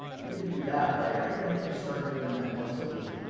you can do that, but i recommend you start doing that once a week.